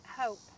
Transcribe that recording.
hope